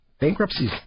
Bankruptcy